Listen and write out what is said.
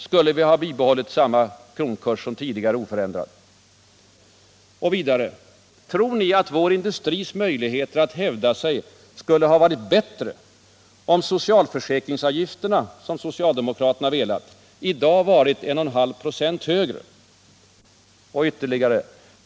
Skulle vi ha bibehållit samma kronkurs som tidigare? Tror ni att vår industris möjligheter att hävda sig skulle ha varit bättre, om socialförsäkringsavgifterna — som socialdemokraterna velat — i dag varit 1,5 26 högre?